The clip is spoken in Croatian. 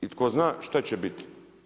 I tko zna šta će biti.